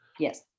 Yes